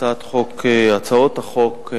הצעות החוק,